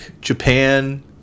Japan